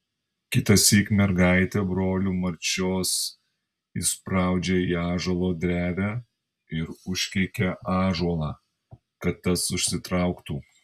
kitąsyk mergaitę brolių marčios įspraudžia į ąžuolo drevę ir užkeikia ąžuolą kad tas užsitrauktų